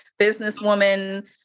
businesswoman